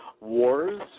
wars